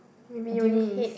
maybe only in